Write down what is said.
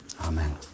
Amen